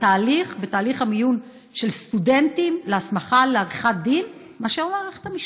בתהליך המיון של סטודנטים להסמכה לעריכת דין מאשר מערכת המשפט?